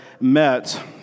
met